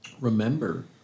remember